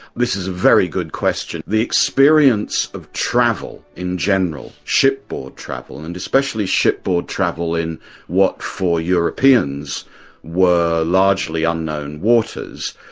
this is a very good question. the experience of travel in general, shipboard travel, and especially shipboard travel in what for europeans were largely unknown waters,